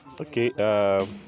Okay